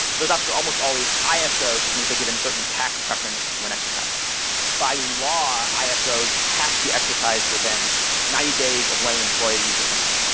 there's after almost always isos, which means they're given a certain tax preference when exercised by law, isos have to be exercised within ninety days of when an employee leaves a company.